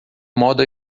modo